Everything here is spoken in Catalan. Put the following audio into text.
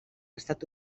estat